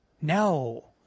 No